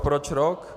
Proč rok?